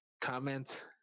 Comment